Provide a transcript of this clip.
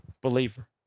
believer